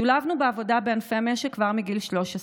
שולבנו בעבודה בענפי המשק כבר מגיל 13,